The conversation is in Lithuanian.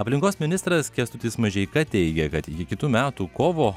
aplinkos ministras kęstutis mažeika teigia kad iki kitų metų kovo